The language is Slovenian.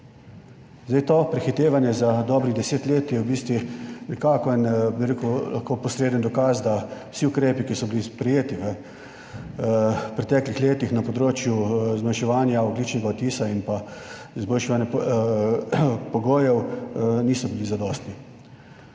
To prehitevanje za dobrih deset let je v bistvu nekako lahko posreden dokaz, da vsi ukrepi, ki so bili sprejeti v preteklih letih na področju zmanjševanja ogljičnega odtisa in izboljševanja pogojev, niso bili zadostni.